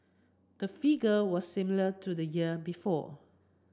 the figure was similar to the year before